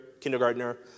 kindergartner